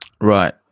Right